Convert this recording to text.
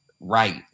right